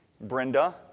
Brenda